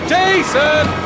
Jason